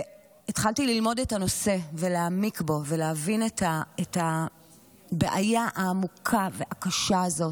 התחלתי ללמוד את הנושא ולהעמיק בו ולהבין את הבעיה העמוקה והקשה הזאת.